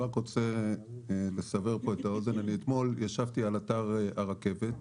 אני אתמול ישבתי על אתר הרכבת,